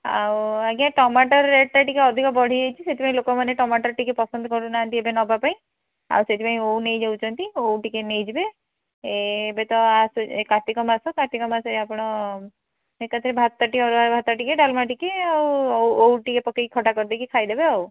ଆଉ ଆଜ୍ଞା ଟମାଟୋ ରେଟ୍ଟା ଟିକିଏ ଅଧିକ ବଢ଼ିଯାଇଛି ସେଥିପାଇଁ ଲୋକମାନେ ଟମାଟୋ ଟିକିଏ ପସନ୍ଦ କରୁନାହାନ୍ତି ଏବେ ନେବାପାଇଁ ଆଉ ସେଥିପାଇଁ ଓଉ ନେଇଯାଉଛନ୍ତି ଓଉ ଟିକିଏ ନେଇଯିବେ ଏବେ ତ କାର୍ତ୍ତିକ ମାସ କାର୍ତ୍ତିକ ମାସରେ ଆପଣ ଭାତଟେ ଅରୁଆ ଭାତ ଟିକିଏ ଡାଲମା ଟିକିଏ ଆଉ ଓଉ ଟିକିଏ ପକେଇକି ଖଟା କରିଦେଇକି ଖାଇଦେବେ ଆଉ